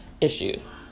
issues